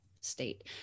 state